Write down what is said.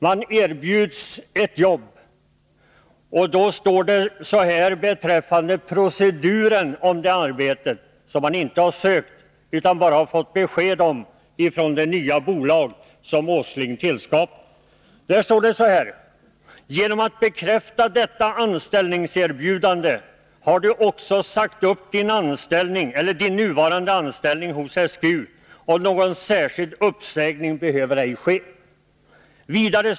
Man erbjuds ett jobb, och i brevet står det om det arbete som man inte har sökt, utan bara fått besked om från det nya bolag som herr Åsling tillskapat, i följande ordalag: ”Genom att bekräfta detta anställningserbjudande har du också sagt upp din nuvarande anställning hos SGU och någon särskild uppsägning behöver ej ske.